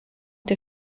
der